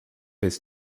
his